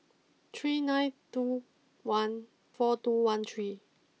three nine two one four two one three